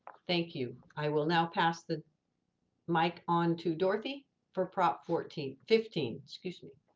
thank you. i will now pass the mic on to dorothy for prop fourteen fifteen. excuse me.